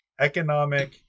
economic